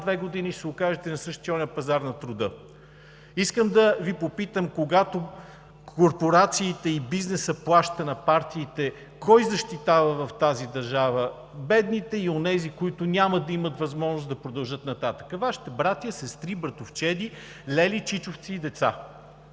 години ще се окажете на същия онзи пазар на труда. Искам да Ви попитам: когато корпорациите, бизнесът плаща на партиите, кой защитава в тази държава бедните и онези, които няма да имат възможност да продължат нататък – Вашите братя, сестри, братовчеди, лели, чичовци и деца?